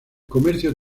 comercio